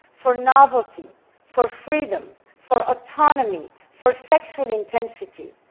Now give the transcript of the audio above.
for novelty, for freedom, for autonomy, for sexual intensity,